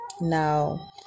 Now